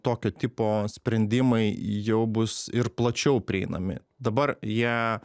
tokio tipo sprendimai jau bus ir plačiau prieinami dabar jie